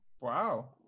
wow